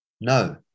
no